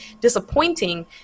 disappointing